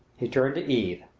he turned to eve.